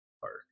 park